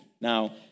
Now